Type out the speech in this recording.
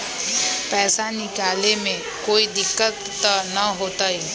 पैसा निकाले में कोई दिक्कत त न होतई?